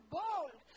bold